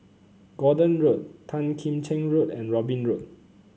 Gordon Road Tan Kim Cheng Road and Robin Road